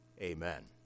amen